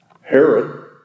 Herod